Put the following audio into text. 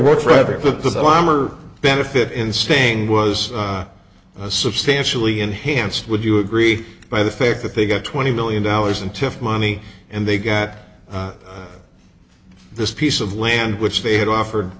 work forever because i'm or benefit in staying was substantially enhanced would you agree by the fact that they got twenty million dollars in tips money and they get this piece of land which they had offered